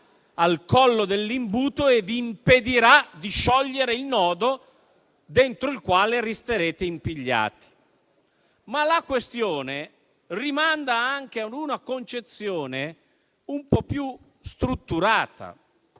Ma la questione rimanda anche a una concezione un po' più strutturata.